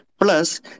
plus